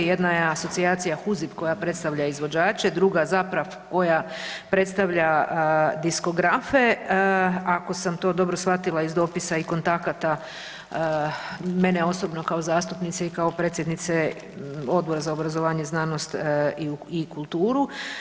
Jedna je asocijacija HUZIP koja predstavlja izvođače, druga ZAPRAV koja predstavlja diskografe ako sam to dobro shvatila iz dopisa i kontakata mene osobno kao zastupnice i kao predsjednice Odbora za obrazovanje, znanost i kulturu.